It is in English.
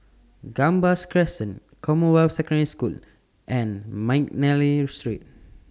Gambas Crescent Commonwealth Secondary School and Mcnally Street